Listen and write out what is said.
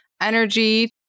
energy